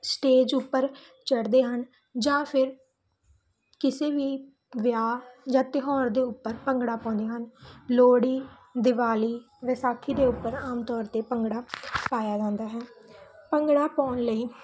stage ਉੱਪਰ ਚੜ੍ਹਦੇ ਹਨ ਜਾਂ ਫਿਰ ਕਿਸੇ ਵੀ ਵਿਆਹ ਜਾਂ ਤਿਉਹਾਰ ਦੇ ਉੱਪਰ ਭੰਗੜਾ ਪਾਉਂਦੇ ਹਨ ਲੋਹੜੀ ਦੀਵਾਲੀ ਵਿਸਾਖੀ ਦੇ ਉੱਪਰ ਆਮ ਤੌਰ 'ਤੇ ਭੰਗੜਾ ਪਾਇਆ ਜਾਂਦਾ ਹੈ ਭੰਗੜਾ ਪਾਉਣ ਲਈ